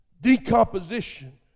Decomposition